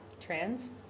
trans